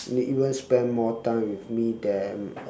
they even spend more time with me than